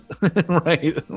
Right